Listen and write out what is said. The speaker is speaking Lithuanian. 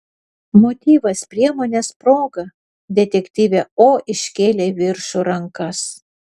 motyvas priemonės proga detektyvė o iškėlė į viršų rankas